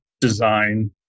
design